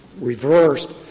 reversed